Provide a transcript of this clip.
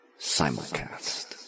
Simulcast